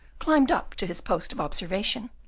climbed up to his post of observation,